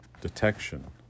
Detection